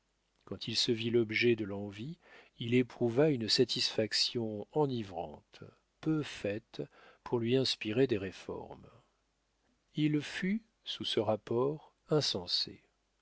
quand il se vit l'objet de l'envie il éprouva une satisfaction enivrante peu faite pour lui inspirer des réformes il fut sous ce rapport insensé